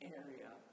area